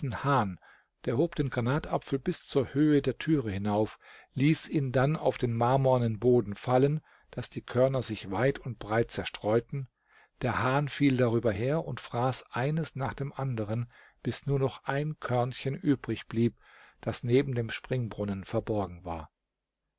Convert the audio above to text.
hahn der hob den granatapfel bis zur höhe der türe hinauf ließ ihn dann auf den marmornen boden fallen daß die körner sich weit und breit zerstreuten der hahn fiel darüber her und fraß eines nach dem andern bis nur noch ein körnchen übrig blieb das neben dem springbrunnen verborgen war